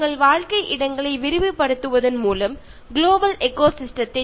നഗരവൽക്കരണത്തിലൂടെയും ആധുനിക വൽക്കരണത്തിലൂടെയും പ്രകൃതിദത്തമായ പലതും നഷ്ടപ്പെടുത്തി